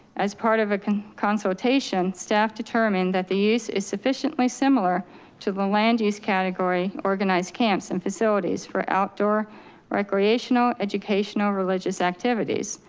as part of a consultation, staff determined that the use is sufficiently similar to the land use category, organized camps and facilities for outdoor recreational, educational, religious activities.